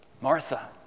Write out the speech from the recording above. Martha